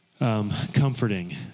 Comforting